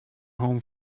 home